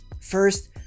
First